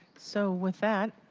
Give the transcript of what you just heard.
so with that,